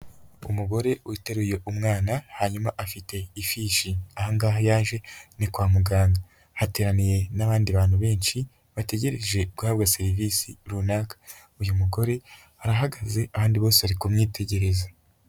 Umugore uteruye umwana hanyuma afite ifishi aha ngaha yaje ni kwa muganga, hateraniye n'abandi bantu benshi bategereje guhabwa serivisi runaka, uyu mugore arahagaze abandi bose bari kumwitegereza.